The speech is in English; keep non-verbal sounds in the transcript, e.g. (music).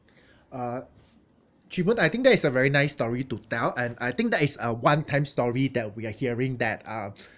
(breath) uh chee boon I think that is a very nice story to tell and I think that is a one time story that we are hearing that uh (breath)